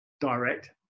direct